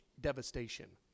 devastation